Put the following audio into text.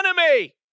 enemy